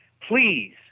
please